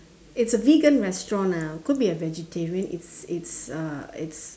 it's a vegan restaurant ah could be a vegetarian restaurant it's it's a it's